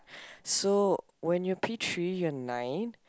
so when you are P-three you are nine